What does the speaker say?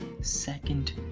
second